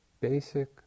basic